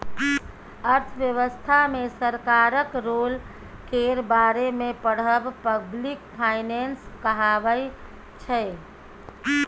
अर्थव्यवस्था मे सरकारक रोल केर बारे मे पढ़ब पब्लिक फाइनेंस कहाबै छै